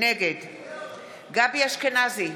נגד גבי אשכנזי,